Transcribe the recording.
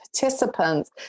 participants